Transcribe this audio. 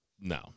No